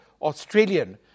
Australian